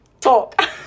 Talk